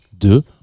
de